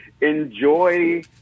enjoy